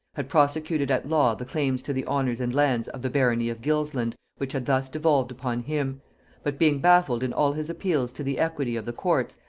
had prosecuted at law the claims to the honors and lands of the barony of gilsland which had thus devolved upon him but being baffled in all his appeals to the equity of the courts,